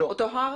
אותו הר?